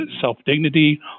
self-dignity